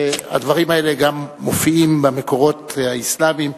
הדברים האלה מופיעים גם במקורות האסלאמיים,